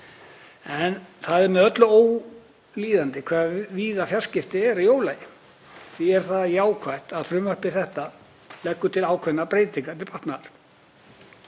En það er með öllu ólíðandi hve víða fjarskipti eru í ólagi. Því er það jákvætt að frumvarp þetta leggi til ákveðnar breytingar til batnaðar.